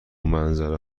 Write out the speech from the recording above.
منظره